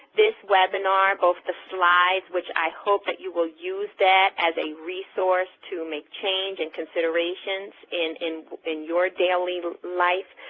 this webinar both the slides which i hope that you will use that as a resource to make change and considerations in in your daily life,